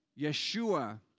Yeshua